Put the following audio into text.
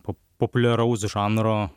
po populiaraus žanro